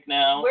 now